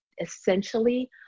essentially